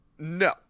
no